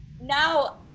Now